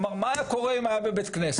אמר מה היה קורה אם זה היה קורה בבית כנסת.